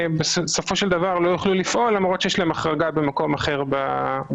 בסופו של דבר לא יוכלו לפעול למרות שיש להם החרגה מקום אחר בצו.